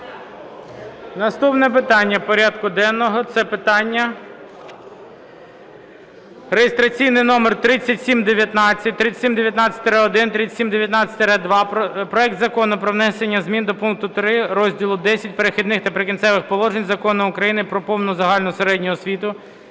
Наступне питання порядку денного – це питання (реєстраційний номер 3719, 3719-1, 3719-2) проект Закону про внесення змін до пункту 3 розділу Х "Перехідні та прикінцеві положення" Закону України "Про повну загальну середню освіту"